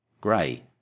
grey